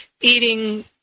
eating